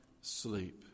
sleep